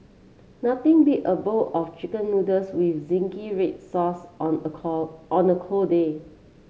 nothing beat a bowl of chicken noodles with zingy red sauce on a on a cold day